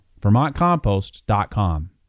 VermontCompost.com